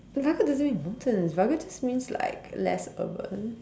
but rugged doesn't mean mountains rugged just means like less urban